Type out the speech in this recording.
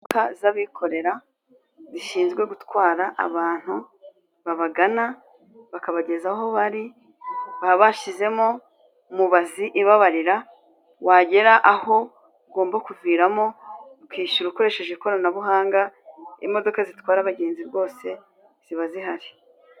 Imodoka z'abikorera zishinzwe gutwara abantu babagana, bakabageza aho bari, baba bashyizemo mubazi ibabarira, wagera aho ugomba kuviramo ukishyura ukoresheje ikoranabuhanga, imodoka zitwara abagenzi rwose ziba zihari.